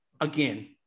again